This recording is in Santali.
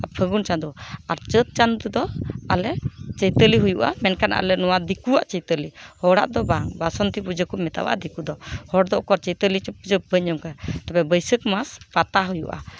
ᱯᱷᱟᱹᱜᱩᱱ ᱪᱟᱸᱫᱚ ᱟᱨ ᱪᱟᱹᱛ ᱪᱟᱸᱫᱚ ᱫᱚ ᱟᱞᱮ ᱪᱳᱭᱛᱟᱞᱤ ᱦᱩᱭᱩᱜᱼᱟ ᱢᱮᱱᱠᱷᱟᱱ ᱟᱞᱮ ᱱᱚᱣᱟ ᱫᱤᱠᱩᱣᱟᱜ ᱪᱳᱭᱛᱟᱞᱤ ᱦᱚᱲᱟᱜ ᱫᱚ ᱵᱟᱝ ᱵᱟᱥᱚᱱᱛᱤ ᱯᱩᱡᱟᱹ ᱠᱚ ᱢᱮᱛᱟᱣᱟᱜᱼᱟ ᱫᱤᱠᱩ ᱫᱚ ᱦᱚᱲ ᱫᱚ ᱪᱳᱭᱛᱟᱞᱤ ᱯᱩᱡᱟᱹ ᱵᱟᱹᱧ ᱟᱡᱚᱢ ᱠᱟᱫᱟ ᱛᱚᱵᱮ ᱵᱟᱹᱭᱥᱟᱹᱠᱷ ᱢᱟᱥ ᱯᱟᱛᱟ ᱦᱩᱭᱩᱜᱼᱟ